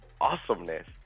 awesomeness